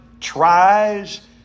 tries